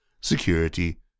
security